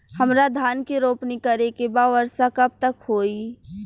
हमरा धान के रोपनी करे के बा वर्षा कब तक होई?